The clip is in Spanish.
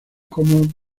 como